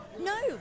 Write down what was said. No